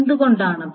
എന്തുകൊണ്ടാണത്